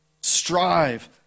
Strive